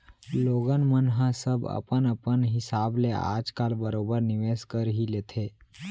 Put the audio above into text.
लोगन मन ह सब अपन अपन हिसाब ले आज काल बरोबर निवेस कर ही लेथे